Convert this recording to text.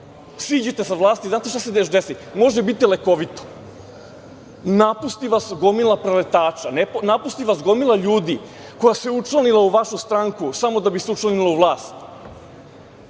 Siđite sa vlasti, može da se desi da bude lekovito - napusti vas gomila preletača, napusti vas gomila ljudi koja se učlanila u vašu stranku samo da bi se učlanila u vlast.